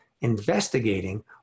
investigating